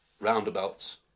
roundabouts